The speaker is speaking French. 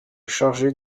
chargé